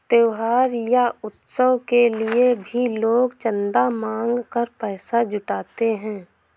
त्योहार या उत्सव के लिए भी लोग चंदा मांग कर पैसा जुटाते हैं